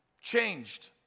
changed